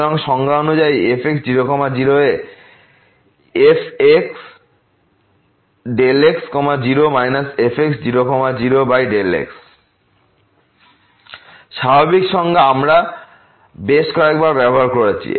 সুতরাং সংজ্ঞা অনুযায়ী fx 0 0 এ fxx0 fx00x স্বাভাবিক সংজ্ঞা আমরা বেশ কয়েকবার ব্যবহার করেছি